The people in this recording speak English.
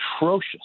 atrocious